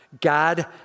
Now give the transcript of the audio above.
God